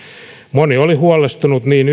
moni oli huolestunut niin